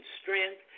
strength